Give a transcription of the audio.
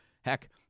heck